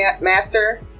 master